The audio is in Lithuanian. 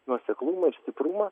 nuoseklumą ir stiprumą